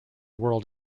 world